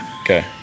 okay